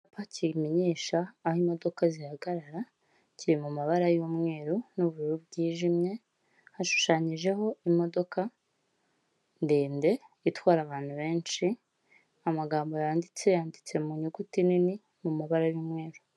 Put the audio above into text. Icyapa kimenyesha, aho imodoka zihagarara, kiri mu mumabara y'umweru, n'ubururu bwijimye, hashushanyijeho imodoka ndende itwara abantu benshi, amagambo yanditse yanditse mu nyuguti nini mu mabara y'umweru.